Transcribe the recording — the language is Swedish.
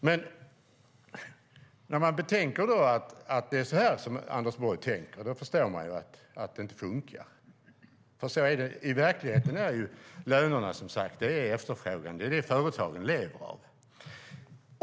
Men när man betänker hur Anders Borg resonerar förstår man att det inte funkar. I verkligheten är det lönerna som styr efterfrågan. Det är det företagen lever av.